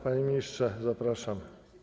Panie ministrze, zapraszam.